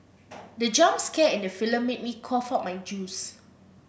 the jump scare in the film made me cough out my juice